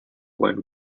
wind